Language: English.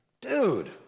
dude